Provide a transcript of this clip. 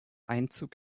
einzug